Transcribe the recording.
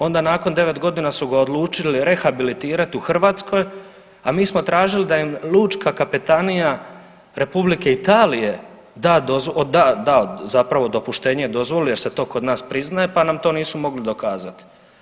Onda nakon 9 godina su ga odlučili rehabilitirati u Hrvatskoj, a mi smo tražili da im Lučka kapetanija Republike Italije da zapravo dopuštenje, dozvolu jer se to kod nas priznaje pa nam to nisu mogli dokazati.